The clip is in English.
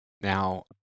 Now